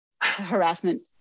harassment